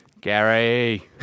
Gary